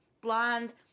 blonde